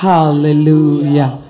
Hallelujah